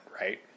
right